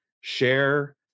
share